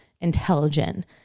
intelligent